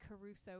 Caruso